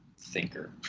thinker